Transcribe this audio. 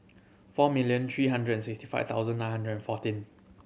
four million three hundred and sixty five thousand nine hundred fourteen